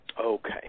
Okay